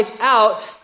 out